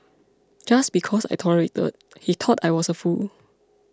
just because I tolerated he thought I was a fool